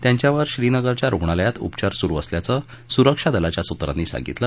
त्यांच्यावर श्रीनगरच्या रुग्णालयात उपचार सुरु असल्याचं सुरक्षा दलाच्या सूत्रांनी सांगितलं